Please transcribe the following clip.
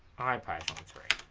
python three